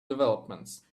developments